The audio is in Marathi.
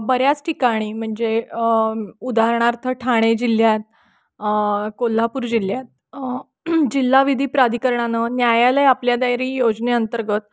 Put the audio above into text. बऱ्याच ठिकाणी म्हणजे उदाहरणार्थ ठाणे जिल्ह्यात कोल्हापूर जिल्ह्यात जिल्हा विधी प्राधिकरणानं न्यायालय आपल्या दारी योजने अंतर्गत